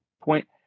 point